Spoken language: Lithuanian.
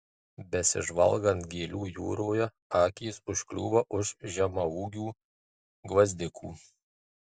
besižvalgant gėlių jūroje akys užkliūva už žemaūgių gvazdikų